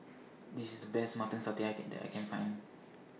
This IS Best Mutton Satay that that I Can Find